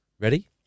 ready